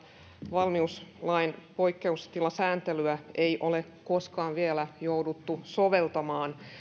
valmiuslain poikkeustilasääntelyä ei ole koskaan vielä jouduttu soveltamaan